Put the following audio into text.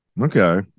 Okay